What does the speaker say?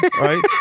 Right